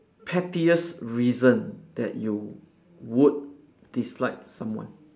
pettiest reason that you would dislike someone